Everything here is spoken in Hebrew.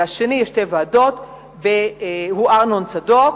והשני הוא ארנון צדוק,